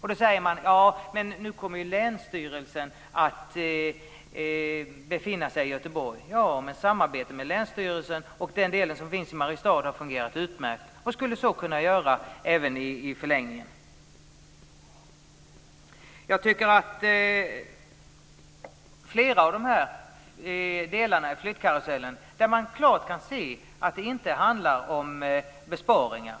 Man säger: Länsstyrelsen kommer ju att befinna sig i Göteborg. Ja, men samarbetet med länsstyrelsen och den del som finns i Mariestad har fungerat utmärkt och skulle kunna göra det även i en förlängning. Beträffande flera av de här delarna i flyttkarusellen tycker jag att man klart kan se att det inte handlar om besparingar.